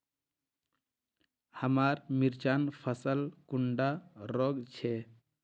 हमार मिर्चन फसल कुंडा रोग छै?